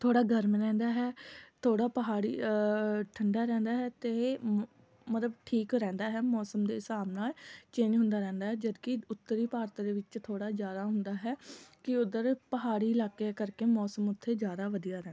ਥੋੜ੍ਹਾ ਗਰਮ ਰਹਿੰਦਾ ਹੈ ਥੋੜ੍ਹਾ ਪਹਾੜੀ ਠੰਡਾ ਰਹਿੰਦਾ ਹੈ ਅਤੇ ਮਤਲਬ ਠੀਕ ਰਹਿੰਦਾ ਹੈ ਮੌਸਮ ਦੇ ਹਿਸਾਬ ਨਾਲ ਚੇਂਜ ਹੁੰਦਾ ਰਹਿੰਦਾ ਹੈ ਜਦਕਿ ਉੱਤਰੀ ਭਾਰਤ ਦੇ ਵਿੱਚ ਥੋੜ੍ਹਾ ਜ਼ਿਆਦਾ ਹੁੰਦਾ ਹੈ ਕਿ ਉੱਧਰ ਪਹਾੜੀ ਇਲਾਕੇ ਕਰਕੇ ਮੌਸਮ ਉੱਥੇ ਜ਼ਿਆਦਾ ਵਧੀਆ ਰ